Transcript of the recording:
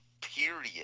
period